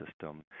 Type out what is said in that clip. system